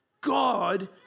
God